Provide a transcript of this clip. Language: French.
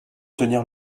tenir